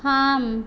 থাম